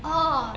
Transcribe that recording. orh